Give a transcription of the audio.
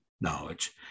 knowledge